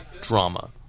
drama